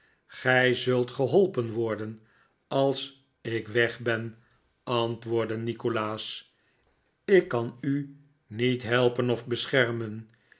gij zult geholpen worden als ik weg ben antwoordde nikolaas ik kan u niet helpen of beschermen